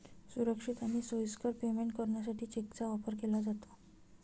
सुरक्षित आणि सोयीस्कर पेमेंट करण्यासाठी चेकचा वापर केला जातो